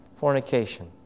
fornication